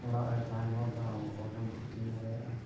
ᱚᱲᱟᱜ ᱨᱮ ᱛᱟᱦᱮᱱ ᱦᱚᱲ ᱫᱚ ᱚᱦᱚᱜᱮᱢ ᱦᱟᱹᱴᱤᱝ ᱫᱟᱲᱮᱭᱟᱜᱼᱟ